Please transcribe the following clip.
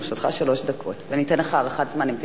לרשותך שלוש דקות, וניתן לך הארכת זמן אם תצטרך.